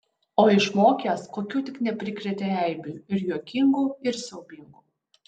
o išmokęs kokių tik neprikrėtė eibių ir juokingų ir siaubingų